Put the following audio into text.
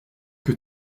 que